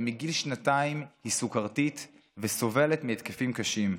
ומגיל שנתיים היא סוכרתית וסובלת מהתקפים קשים.